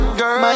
girl